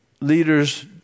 leaders